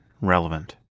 relevant